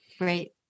great